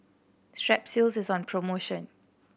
Strepsils is on promotion